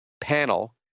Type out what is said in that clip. panel